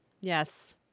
Yes